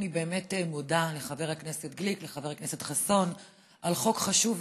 אני באמת מודה לחבר הכנסת גליק ולחבר הכנסת חסון על חוק חשוב,